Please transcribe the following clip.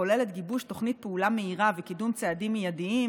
הכוללת גיבוש תוכנית פעולה מהירה וקידום צעדים מיידיים,